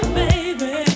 baby